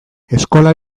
eskola